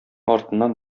артыннан